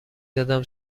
زدم